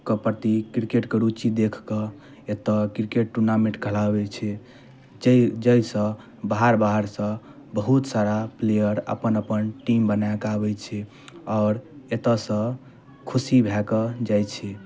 कऽ प्रति क्रिकेटके रूचि देखिकऽ एतऽ क्रिकेट टूर्नामेंट कराबैत छै जै जाहिसँ बाहर बाहरसँ बहुत सारा प्लेअर अपन अपन टीम बनायके आबैत छै आओर एतऽसँ खुशी भए कऽ जाइत छै